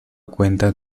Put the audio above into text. cuenta